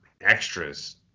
extras